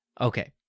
Okay